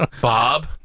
Bob